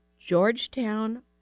Georgetown